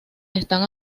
están